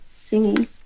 singing